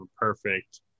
perfect